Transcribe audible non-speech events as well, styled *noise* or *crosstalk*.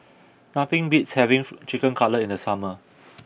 nothing beats having *noise* Chicken Cutlet in the summer *noise*